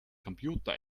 computer